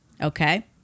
Okay